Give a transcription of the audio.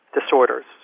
disorders